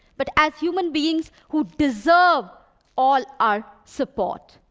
but as human beings who deserve all our support.